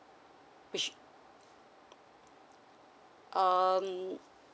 which um